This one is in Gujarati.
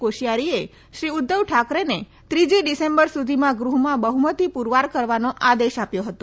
કોશીયારીએ શ્રી ઉદ્ધવ ઠાકરેને ત્રીજી ડિસેમ્બર સુધીમાં ગૃહમાં બહ્મતી પુરવાર કરવાનો આદેશ આપ્યો હતો